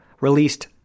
released